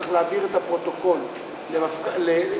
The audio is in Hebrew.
צריך להעביר את הפרוטוקול למפכ"ל המשטרה,